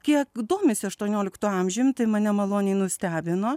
kiek domisi aštuonioliktu amžium tai mane nemaloniai nustebino